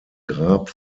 grab